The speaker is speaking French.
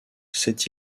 s’est